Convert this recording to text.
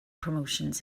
promotions